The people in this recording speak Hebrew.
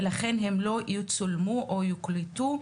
ולכן הם לא יצולמו או יוקלטו,